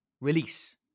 release